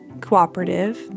Cooperative